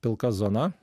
pilka zona